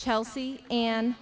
kelsey and